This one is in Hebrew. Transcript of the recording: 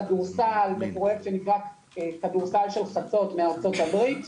כדורסל בפרוייקט שנקרא כדורסל של חצות בארצות הברית,